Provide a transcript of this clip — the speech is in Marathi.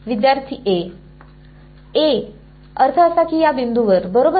विद्यार्थी A A अर्थ असा की या बिंदूवर बरोबर